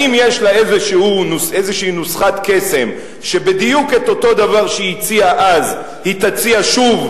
האם יש לה איזו נוסחת קסם שבדיוק את אותו דבר שהיא הציעה היא תציע שוב,